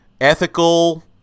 ethical